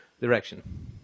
direction